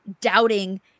doubting